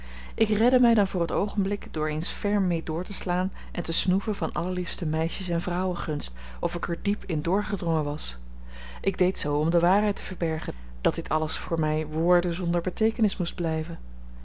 ik redde mij dan voor het oogenblik door eens ferm mee door te slaan en te snoeven van allerliefste meisjesen vrouwengunst of ik er diep in doorgedrongen was ik deed zoo om de waarheid te verbergen dat dit alles voor mij woorden zonder beteekenis moest blijven